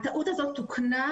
הטעות הזו תוקנה,